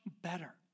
better